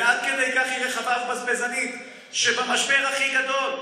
ועד כדי כך היא רחבה ובזבזנית שבמשבר הכי גדול,